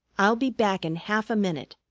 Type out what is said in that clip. i'll be back in half a minute.